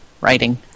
writing